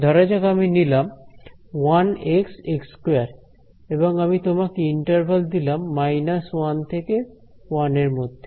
ধরা যাক আমি নিলাম 1 x x2 এবং আমি তোমাকে ইন্টারভাল দিলাম 1 থেকে 1 এর মধ্যে